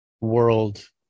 world